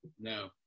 No